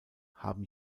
haben